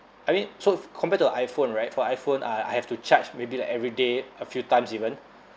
I mean so compared to iphone right for iphone uh I have to charge maybe like every day a few times even